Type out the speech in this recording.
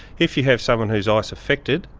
if you have someone who's ice-affected,